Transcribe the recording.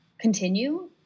continue